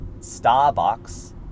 Starbucks